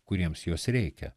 kuriems jos reikia